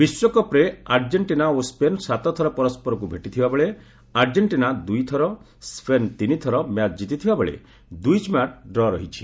ବିଶ୍ୱକପ୍ରେ ଆର୍ଜେଣ୍ଟିନା ଓ ସ୍କେନ୍ ସାତଥର ପରସରକ୍ର ଭେଟିଥିବାବେଳେ ଆର୍ଜେଣ୍ଟିନା ଦୁଇଥର ସ୍କେନ୍ ତିନିଥର ମ୍ୟାଚ୍ କିତିଥିବାବେଳେ ଦୁଇଟି ମ୍ୟାଚ୍ ଡ୍ର ରହିଛି